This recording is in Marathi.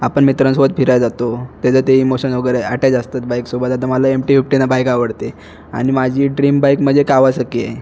आपण मित्रांसोबत फिरायला जातो त्याचं ते इमोशन वगैरे ॲटॅच असतात बाईक्ससोबत आता मला एम टी फिफ्टीन बाईक आवडते आणि माझी ड्रीम बाईक म्हणजे कावासाकी आहे